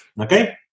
okay